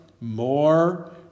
more